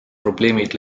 probleemid